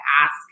ask